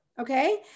Okay